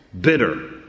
bitter